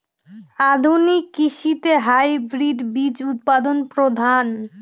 আধুনিক কৃষিতে হাইব্রিড বীজ উৎপাদন প্রধান